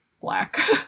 black